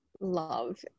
love